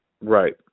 Right